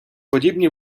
подібні